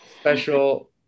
Special